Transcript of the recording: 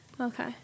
Okay